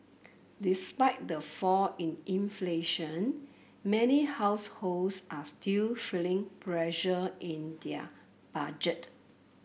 despite the fall in inflation many households are still feeling pressure in their budget